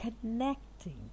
connecting